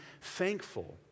thankful